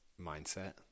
mindset